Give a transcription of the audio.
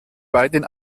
beiden